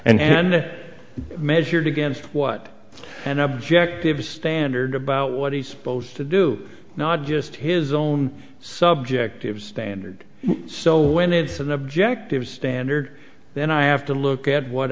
and measured against what an objective standard about what he's supposed to do not just his own subject of standard so when it's an objective standard then i have to look at what